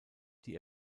die